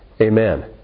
Amen